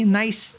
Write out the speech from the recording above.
nice